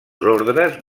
ordres